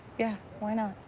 yeah. why not?